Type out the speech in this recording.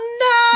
no